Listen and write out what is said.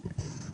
בבקשה.